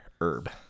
herb